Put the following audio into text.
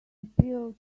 appeal